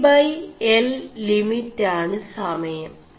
LL limit ആണ് സമയം